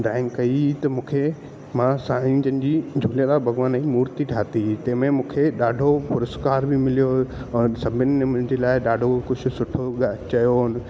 drawing कई त मूंखे मां साईं जन जी झूलेलाल भगवानु ई मुर्ती ठाती हुई जंहिंमें मूंखे ॾाढो पुरस्कार बि मिलियो हुयो और सभिनि में मुंहिंजे लाइ ॾाढो कुझु सुठो ग चयो हुयो